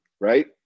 right